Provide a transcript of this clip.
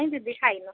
ନାଇଁ ଦିଦି ଖାଇନୁ